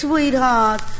Sweetheart